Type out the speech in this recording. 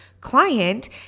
client